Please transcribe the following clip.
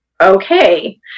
okay